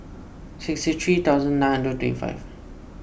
sixty three thousand nine and twenty five